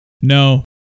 No